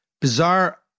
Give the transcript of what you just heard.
Bizarre